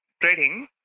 trading